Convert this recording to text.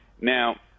Now